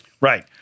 Right